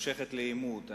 מושכת לעימות.